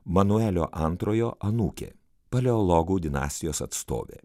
manuelio antrojo anūkė paleologų dinastijos atstovė